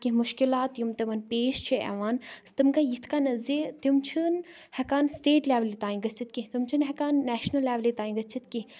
کیٚنٛہہ مُشکِلات یِم تِمن پیش چھِ یوان تِم گٔے یِتھ کَنَن زِ تِم چھِنہٕ ہیٚکان سِٹیٹ لیولہِ تانۍ گٔژِھتھ کیٚنٛہہ تِم چھِنہٕ ہیٚکان نیشنَل لیولہِ تانۍ گٔژِھتھ کیٚنٛہہ